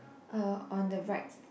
uh on the right